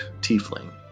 tiefling